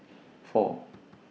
four